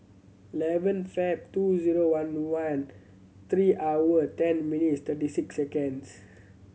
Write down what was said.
eleven Feb two zero one one three hour ten minutes thirty six seconds